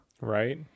Right